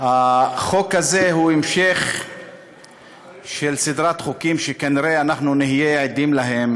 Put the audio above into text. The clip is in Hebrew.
החוק הזה הוא המשך של סדרת חוקים שכנראה אנחנו נהיה עדים להם